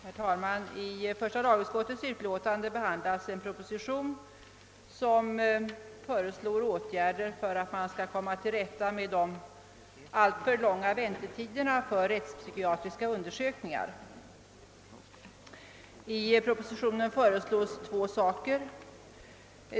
Herr talman! I första lagutskottets utlåtande behandlas en proposition där åtgärder föreslås för att man skall komma till rätta med de alltför långa väntetiderna för rättspsykiatriska undersökningar. I propositionen föreslås två åtgärder.